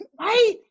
Right